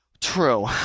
True